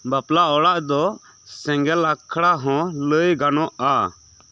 ᱵᱟᱯᱞᱟ ᱚᱲᱟᱜ ᱫᱚ ᱥᱮᱸᱜᱮᱞ ᱟᱠᱷᱲᱟ ᱦᱚᱸ ᱞᱟᱹᱭ ᱜᱟᱱᱚᱜᱼᱟ